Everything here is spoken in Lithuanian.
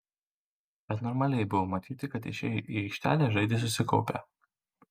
bet normaliai buvo matyti kad išėję į aikštelę žaidė susikaupę